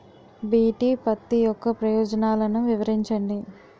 BT పత్తి యొక్క ప్రయోజనాలను వివరించండి?